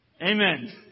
Amen